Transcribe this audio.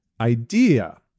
idea